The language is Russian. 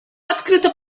открыто